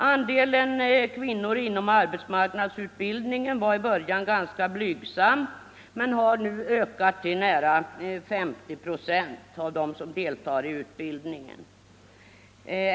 Andelen kvinnor inom arbetsmarknadsutbildningen var i början ganska blygsam men har nu ökat till nära 50 96.